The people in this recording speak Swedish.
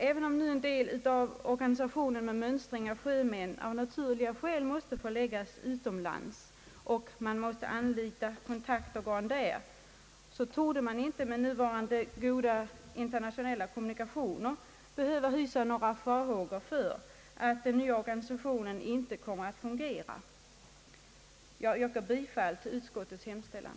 även om en del av organisationen för mönstring av sjömän av naturliga skäl måste förläggas utomlands och man måste anlita kontaktorgan där, torde man inte med nuvarande goda internationella kommunikationer behöva hysa några farhågor för att den nya organisationen inte kommer att fungera. Herr talman! Jag yrkar bifall till utskottets hemställan.